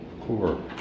core